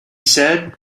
said